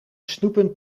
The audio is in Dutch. snoepen